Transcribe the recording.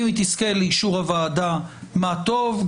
אם היא תזכה לאישור הוועדה, מה טוב.